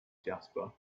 jasper